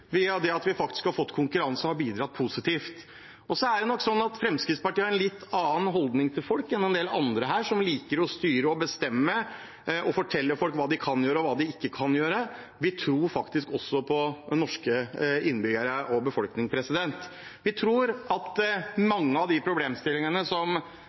Det at vi faktisk har fått konkurranse, har bidratt positivt. Det er nok sånn at Fremskrittspartiet har en litt annen holdning til folk enn en del andre her, som liker å styre og bestemme og fortelle folk hva de kan gjøre, og hva de ikke kan gjøre. Vi tror faktisk på norske innbyggere og norsk befolkning. Mange av de problemstillingene som opposisjonen har fremmet i disse forslagene, som